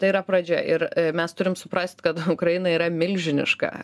tai yra pradžia ir mes turim suprast kad ukraina yra milžiniška